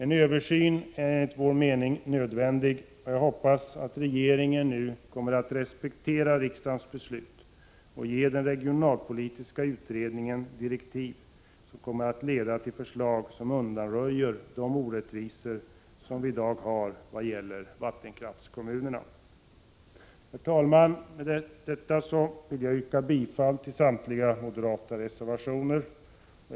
En översyn är enligt vår mening nödvändig, och jag hoppas att regeringen nu kommer att respektera riksdagens beslut och ge den regionalpolitiska utredningen direktiv som leder till förslag vilka undanröjer de orättvisor som vi i dag har vad gäller vattenkraftskommunerna. Herr talman! Med detta vill jag yrka bifall till samtliga moderata reservationer.